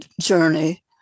journey